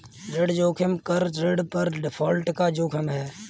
ऋण जोखिम एक ऋण पर डिफ़ॉल्ट का जोखिम है